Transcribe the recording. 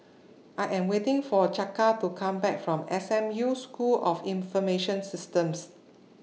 I Am waiting For Chaka to Come Back from S M U School of Information Systems